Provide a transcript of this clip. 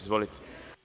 Izvolite.